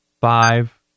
five